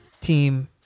team